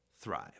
thrive